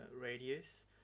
radius